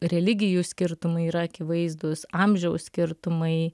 religijų skirtumai yra akivaizdūs amžiaus skirtumai